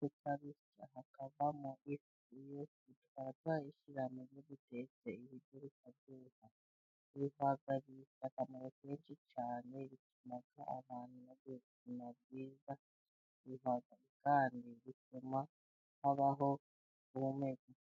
bakabitsa, hakavamo ifu iyo tukaba twayishyira mu byo dutetse, ibiryo bikaryoha, ibihwagari bifite akamaro kenshi cyane, bituma abantu bagira ubuzima bwiza, ibihwagari kandi bituma habaho guhum.....